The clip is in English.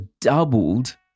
doubled